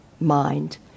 mind